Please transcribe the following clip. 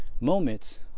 moments